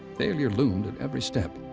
failure loomed at every step.